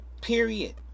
period